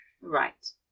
Right